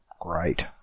great